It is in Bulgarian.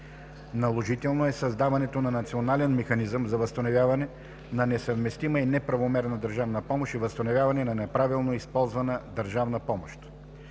Наложително е създаването на национален механизъм за възстановяване на несъвместима и неправомерна държавна помощ и възстановяване на неправилно използвана държавна помощ.